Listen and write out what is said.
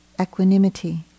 Equanimity